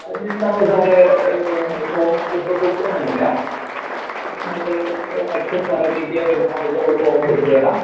അതിന് ഇന്ന് നമ്മൾ സാറെ ഫോമ് നമ്മളിപ്പോൾ കൊണ്ടുവന്നിട്ടില്ല ഞങ്ങൾ നെക്സ്റ്റ് ടൈം സാറെ മീറ്റ് ചെയ്യാൻ വരുമ്പോൾ ഞങ്ങൾ ഫോം എടുത്തിട്ട് വരാം